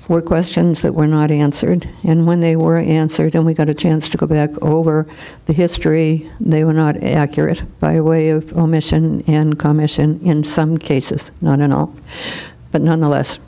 for questions that were not answered and when they were answered and we got a chance to go back over the history they were not accurate by way of omission and commission in some cases not all but nonetheless